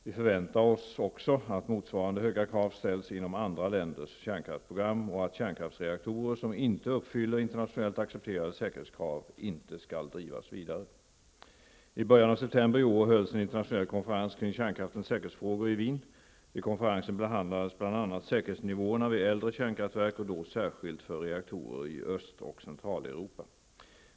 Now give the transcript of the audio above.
Vi förväntar oss också att motsvarande höga krav ställs inom andra länders kärnkraftsprogram och att kärnkraftsreaktorer som inte uppfyller internationellt accepterade säkerhetskrav inte skall drivas vidare. I början av september i år hölls en internationell konferens kring kärnkraftens säkerhetsfrågor i säkerhetsnivåerna vid äldre kärnkraftverk och då särskilt för reaktorer i Öst och Centraleuropa.